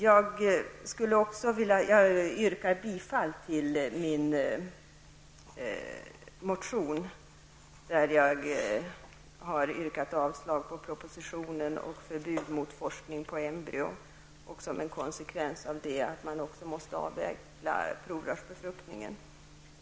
Jag yrkar bifall till min motion där jag har yrkat avslag på propositionen och där jag har yrkat på förbud mot forskning på embryon samt som en konsekvens av det att man också måste avveckla provrörsbefruktningen.